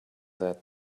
that